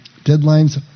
Deadlines